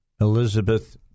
Elizabeth